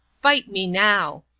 fight me now!